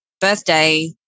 birthday